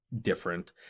different